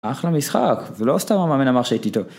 אחלה משחק, זה לא סתם המאמן אמר שהייתי טוב